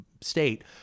state